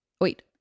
Wait